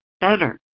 better